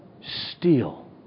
steal